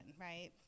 right